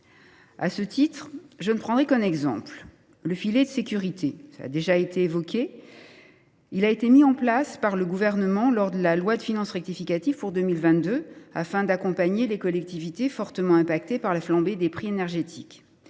À ce titre, je ne prendrai qu’un exemple, celui du filet de sécurité, qui a déjà été évoqué. Il a été mis en place par le Gouvernement lors de la loi de finances rectificative pour 2022 afin d’accompagner les collectivités fortement touchées par la flambée des prix énergétiques.